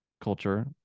culture